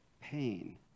pain